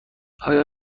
آیا